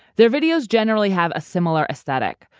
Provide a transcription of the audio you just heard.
their videos generally have a similar aesthetic,